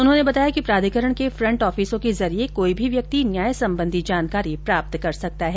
उन्होंने बताया कि प्राधिकरण के फंट ऑफिसों के जरिये कोई भी व्यक्ति न्याय संबंधी जानकारी प्राप्त कर सकता है